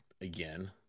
again